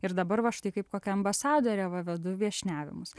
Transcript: ir dabar va štai kaip kokia ambasadorė va vedu viešniavimus